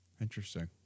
Interesting